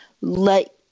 let